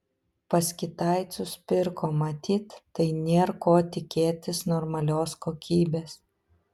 pas kitaicus pirko matyt tai nėr ko tikėtis normalios kokybės